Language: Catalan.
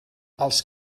els